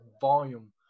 volume